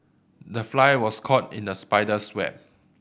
the fly was caught in the spider's web